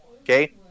Okay